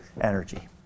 energy